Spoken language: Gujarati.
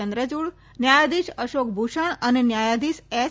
ચંદ્રયુડ ન્યાયાધિશ અશોક ભુસણ અને ન્યાયાધિશ એસ